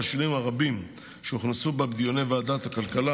על השינויים הרבים שהוכנסו בה בדיוני ועדת הכלכלה,